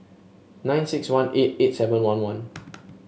nine six one eight eight seven one one